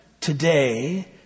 Today